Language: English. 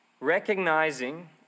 Recognizing